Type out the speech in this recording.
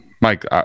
Mike